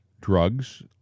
drugs